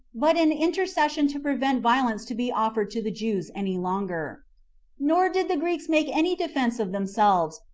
but an intercession to prevent violence to be offered to the jews any longer nor did the greeks make any defense of themselves,